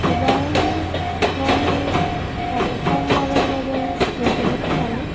এইবাৰ মই প্ৰথমবাৰৰ বাবে ৰঘুপতি চালোঁ